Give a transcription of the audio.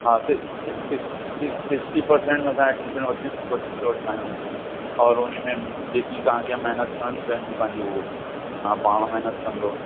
हा सि सि सिक सिक्सटी सिक्सटी पर्सेंट में असां एडमीशन वठी वठ वठंदा आहियूं और उनमें जेकी तव्हांखे महिनतु करिणी पवंदी तव्हांजी हो तव्हां पाण महिनतु कंदव